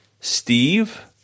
Steve